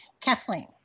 kathleen